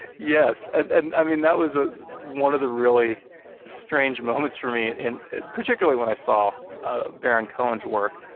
yes. and, i mean, that was ah one of the really strange moments for me, and particularly when i saw ah baron-cohen's work,